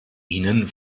ihnen